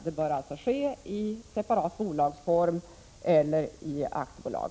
Det bör alltså ske i separat bolagsform eller i aktiebolag.